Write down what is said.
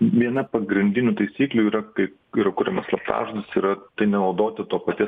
viena pagrindinių taisyklių yra kaip yra kuriamas slaptažodis yra nenaudoti to paties